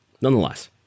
nonetheless